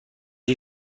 این